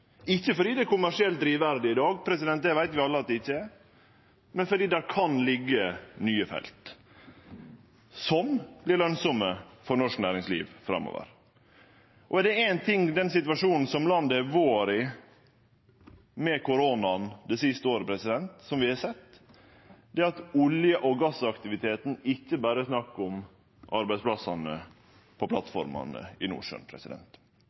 ikkje fordi det er kommersielt drivverdig i dag, det veit vi alle at det ikkje er, men fordi det kan liggje nye felt der som vert lønsame for norsk næringsliv framover. Og er det éin ting vi har sett i den situasjonen som landet har vore i det siste året, med koronaen, er det at olje- og gassaktiviteten ikkje berre handlar om arbeidsplassane på plattformene i Nordsjøen.